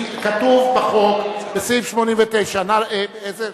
כתוב בחוק, בסעיף 89, איזה?